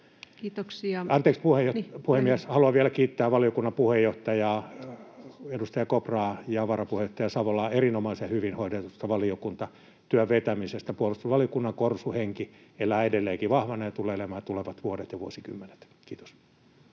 Kiitoksia!] — Anteeksi, puhemies, haluan vielä kiittää valiokunnan puheenjohtajaa, edustaja Kopraa ja varapuheenjohtaja Savolaa erinomaisen hyvin hoidetusta valiokuntatyön vetämisestä. Puolustusvaliokunnan korsuhenki elää edelleenkin vahvana ja tulee elämään tulevat vuodet ja vuosikymmenet. — Kiitos.